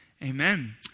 Amen